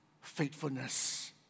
faithfulness